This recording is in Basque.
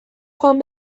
joan